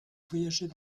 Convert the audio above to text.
voyager